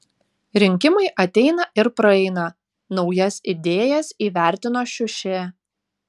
rinkimai ateina ir praeina naujas idėjas įvertino šiušė